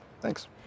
Thanks